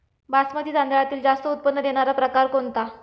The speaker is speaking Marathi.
बासमती तांदळातील जास्त उत्पन्न देणारा प्रकार कोणता?